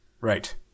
right